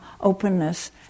openness